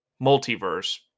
multiverse